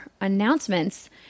announcements